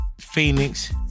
Phoenix